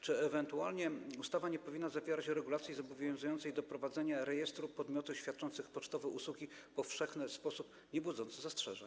Czy ewentualnie ustawa nie powinna zawierać regulacji zobowiązującej do prowadzenia rejestru podmiotów świadczących pocztowe usługi powszechne w sposób niebudzący zastrzeżeń?